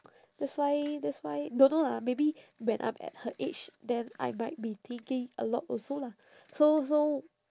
that's why that's why don't know lah maybe when I'm at her age then I might be thinking a lot also lah so so